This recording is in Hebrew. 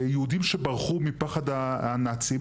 יהודים שברחו מפחד הנאצים,